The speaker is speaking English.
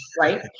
right